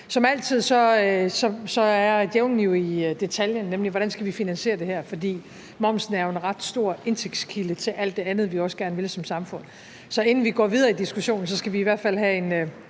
Som altid er djævlen jo i detaljen, nemlig hvordan vi skal finansiere det her, for momsen er jo en ret stor indtægtskilde til alt det andet, vi også gerne vil som samfund. Så inden vi går videre i diskussionen, skal vi i hvert fald have en